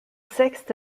sixth